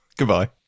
Goodbye